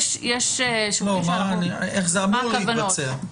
לא, איך זה אמור להתבצע?